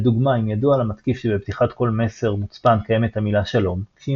לדוגמה אם ידוע למתקיף שבפתיחת כל מסר מוצפן קיימת המילה "שלום" כשהיא